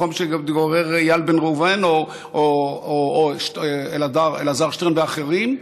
מקום שבו מתגורר איל בן ראובן או אלעזר שטרן ואחרים,